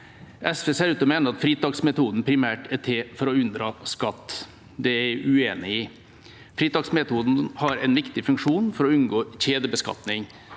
SV ser ut til å mene at fritaksmetoden primært er til for å unndra skatt. Det er jeg uenig i. Fritaksmetoden har en viktig funksjon for å unngå kjedebeskatning.